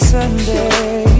Sunday